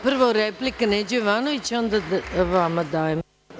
Prvo replika Neđo Jovanović, a onda vama dajem.